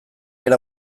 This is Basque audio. era